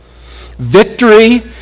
Victory